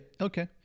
Okay